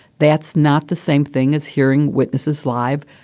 that's not the same thing as hearing witnesses live.